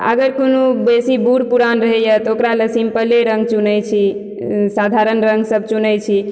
अगर कोनो बेसी बुढ़ पुरान रहइए तऽ ओकरा लए सिम्पले रङ्ग चुनय छी साधारन रङ्ग सब चुनय छी